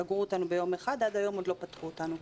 סגרו אותנו ביום אחד ועד היום עוד לא פתחו אותנו.